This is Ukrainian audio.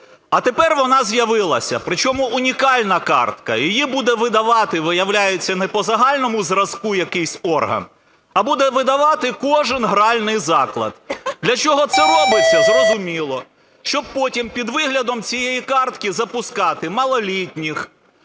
а тепер вона з'явилася. Причому унікальна картка, її будуть видавати, виявляється, не по загальному зразку, якийсь орган, а буде видавати кожен гральний заклад. Для чого це робиться? Зрозуміло, щоб потім під виглядом цієї картки запускати малолітніх,